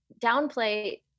downplay